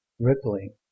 rippling